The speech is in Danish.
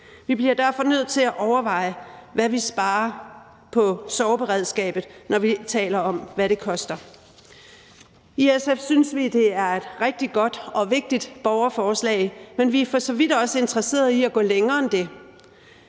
Vi bliver derfor nødt til at overveje, hvad vi sparer på sorgberedskabet, når vi taler om, hvad det koster. I SF synes vi, det er et rigtig godt og vigtigt borgerforslag, men vi er for så vidt også interesseret i at gå længere end det.